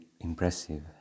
impressive